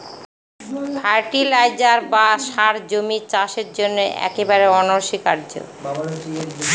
fertiliser বা সার জমির চাষের জন্য একেবারে অনস্বীকার্য